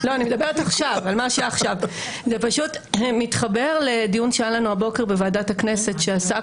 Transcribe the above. זה מתחבר לדיון שהיה לנו הבוקר בוועדת הכנסת שעסק